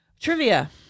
Trivia